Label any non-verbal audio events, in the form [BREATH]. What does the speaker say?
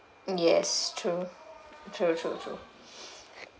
yes true true true true [BREATH]